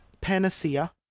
panacea